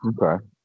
Okay